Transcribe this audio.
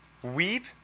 Weep